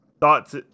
thoughts